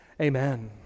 Amen